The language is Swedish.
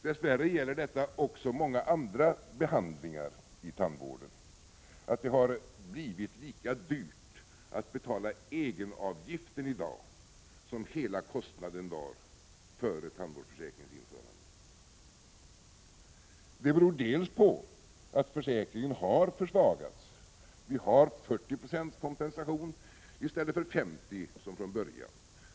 Dess värre gäller detta också många andra behandlingar inom tandvården. Det har blivit lika dyrt att betala egenavgiften i dag som det var att betala hela kostnaden före tandvårdsförsäkringens införande. Det beror bl.a. på att försäkringen har försvagats. Vi har 40 96 kompensation i stället för 50 90 som det var från början.